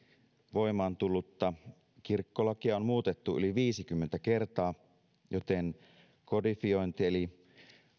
voimaan tullutta kirkkolakia on muutettu yli viisikymmentä kertaa joten kodifiointi eli